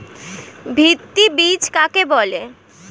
ভিত্তি বীজ কাকে বলে?